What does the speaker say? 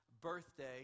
birthday